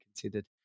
considered